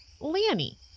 Lanny